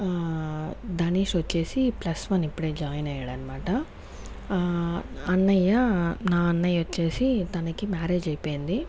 దనేష్ వచ్చేసి plus one ఇప్పుడే join అయ్యాడన్నమాట అన్నయ్య నా అన్నయ్య వచ్చేసి తనకి మ్యారేజ్ అయిపోయింది